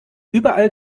überall